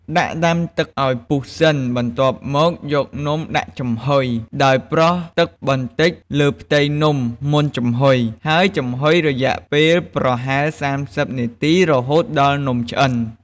ដាក់ដាំទឹកឱ្យពុះសិន បន្ទាប់មកយកនំដាក់ចំហុយ ហើយប្រោះទឹកបន្តិចលើផ្ទៃនំមុនចំហុយ ហើយចំហុយរយៈពេលប្រហែល ៣០ នាទីរហូតដល់នំឆ្អិន។